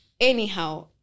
anyhow